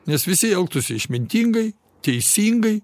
nes visi elgtųsi išmintingai teisingai